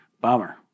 Bummer